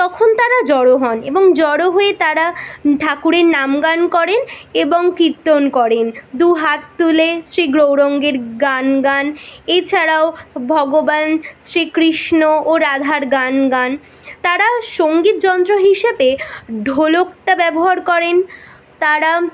তখন তারা জড়ো হন এবং জড়ো হয়ে তারা ঠাকুরের নাম গান করেন এবং কীর্তন করেন দু হাত তুলে শ্রী গৌরাঙ্গের গান গান এছাড়াও ভগবান শ্রীকৃষ্ণ ও রাধার গান গান তারা সঙ্গীত যন্ত্র হিসেবে ঢোলকটা ব্যবহার করেন তারা